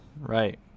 Right